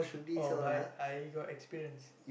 oh but I got experience